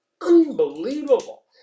unbelievable